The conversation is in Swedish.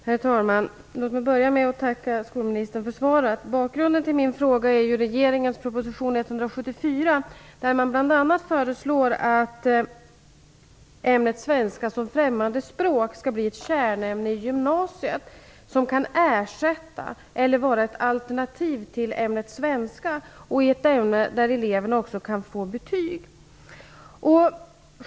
Herr talman! Låt mig börja med att tacka skolministern för svaret. Bakgrunden till min fråga är regeringens proposition 174. Där föreslås bl.a. att ämnet svenska som främmande språk skall bli ett kärnämne i gymnasiet som kan ersätta eller vara ett alternativ till ämnet svenska. Det skall även vara ett ämne där eleven kan få betyg.